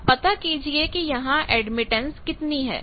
अब पता कीजिए कि यहां एडमिटेंस कितनी है